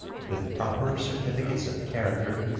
with proper certificates of character,